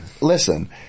listen